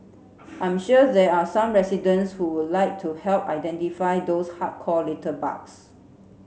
I'm sure there are some residents who would like to help identify those hardcore litterbugs